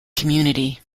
community